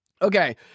Okay